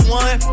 one